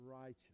righteous